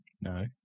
No